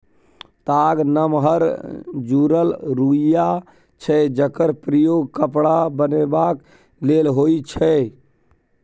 ताग नमहर जुरल रुइया छै जकर प्रयोग कपड़ा बनेबाक लेल होइ छै